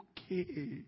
okay